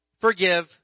forgive